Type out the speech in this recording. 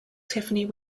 tiffany